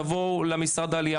תבואו למשרד העלייה